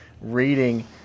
reading